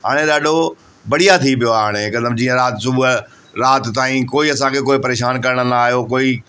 हाणे ॾाढो बढ़िया थी पियो आहे हाणे हिकदमि जीअं राति सुबुह राति ताईं कोई असांखे कोई परेशानु करण न आयो कोई